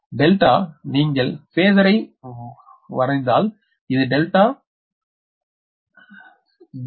எனவே டெல்டா நீங்கள் ஃபாஸரை வரையினால் இது டெல்டா சைட் வாப் வி